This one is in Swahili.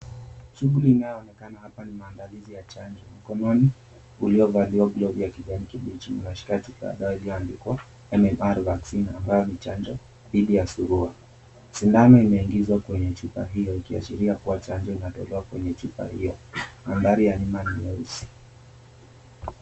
Shughuli inayoonekana hapa ni maandalizi ya chanjo. Mikononi uliovaliwa glovu ya kijani kibichi na shati iliyoandikwa M.M.R Vaccine ambayo ni chanjo dhidhi ya Surua. Sindano imeingizwa kwenye chupa hiyo ikiashiria kuwachanjo inatolewa kwenye chupa hiyo mandhari ya nyuma ni nyeusi.